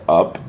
up